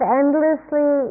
endlessly